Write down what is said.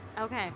Okay